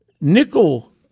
nickel